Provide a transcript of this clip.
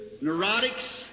neurotics